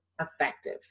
effective